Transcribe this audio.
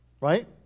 Right